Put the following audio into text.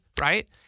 right